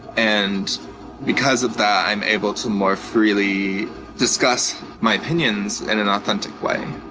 and because of that, i'm able to more freely discuss my opinions in an authentic way.